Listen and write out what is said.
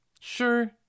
Sure